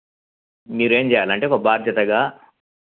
మీరు ఏమి చేయాలంటే ఒక బాధ్యతగా